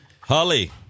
Holly